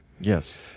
Yes